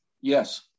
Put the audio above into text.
Yes